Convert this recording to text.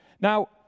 Now